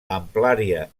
amplària